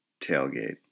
tailgate